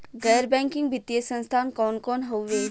गैर बैकिंग वित्तीय संस्थान कौन कौन हउवे?